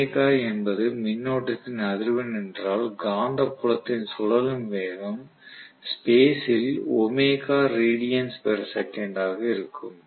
omega என்பது மின்னோட்டத்தின் அதிர்வெண் என்றால் காந்த புலத்தின் சுழலும் வேகம் ஸ்பேஸ் ல் ஒமேகா ரெடியான்ஸ் பெர் செகண்ட் ஆக இருக்கும்